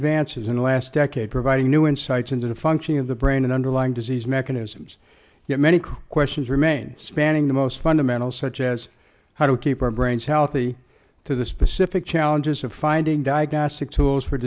advances in the last decade providing new insights into the functioning of the brain and underlying disease mechanisms yet many questions remain spanning the most fundamental such as how to keep our brains healthy to the specific challenges of finding diagnostic tools for